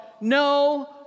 No